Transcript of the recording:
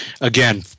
Again